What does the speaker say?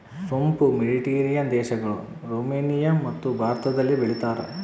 ಸೋಂಪು ಮೆಡಿಟೇರಿಯನ್ ದೇಶಗಳು, ರುಮೇನಿಯಮತ್ತು ಭಾರತದಲ್ಲಿ ಬೆಳೀತಾರ